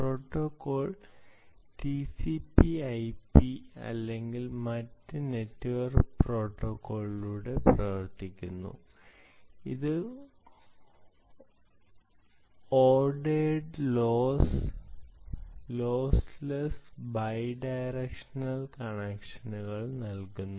protocol TCPIP TCP IP അല്ലെങ്കിൽ മറ്റ് network പ്രോട്ടോക്കോളുകളിലൂടെ പ്രവർത്തിക്കുന്നു അത് ഓർഡേർഡ് ലോസ് ലെസ്സ് ബൈഡൈരക്ഷണൽ കണക്ഷനുകൾ നൽകുന്നു